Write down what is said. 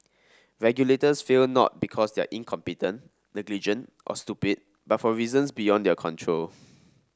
regulators fail not because they are incompetent negligent or stupid but for reasons beyond their control